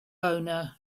owner